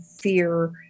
fear